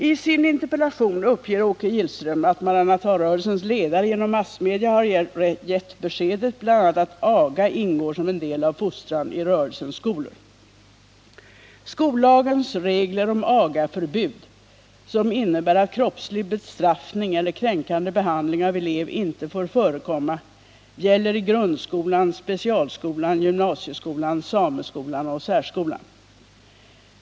I sin interpellation uppger Åke Gillström att Maranatarörelsens ledare genom massmedia har gett beskedet bl.a. att aga ingår som en del av fostran i rörelsens skolor. Skollagens regler om agaförbud, som innebär att kroppslig bestraffning eller kränkande behandling av elev inte får förekomma, gäller i grundskolan, specialskolan, gymnasieskolan, sameskolan och särskolan.